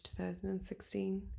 2016